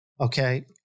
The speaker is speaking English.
Okay